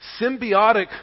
symbiotic